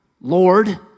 Lord